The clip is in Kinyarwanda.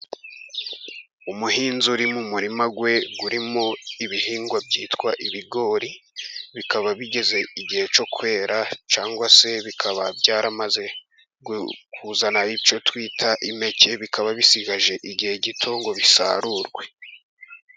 Umuhinzi uri m murima we urimo ibihingwa byitwa ibigori, bikaba bigeze igihe cyo kwera cyangwa se bikaba byaramaze kuzana icyo twita impeke, bikaba bisigaje igihe gito ngo bisarurwe.